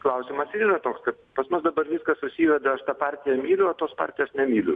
klausimas ir yra toks kad pas mus dabar viskas susiveda aš tą partiją myliu o tos partijos nemyliu